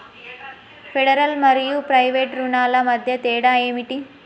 Federal మరియు private రుణాల మధ్య తేడా ఏమిటి?